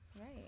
Right